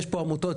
יש עמותות נוספות,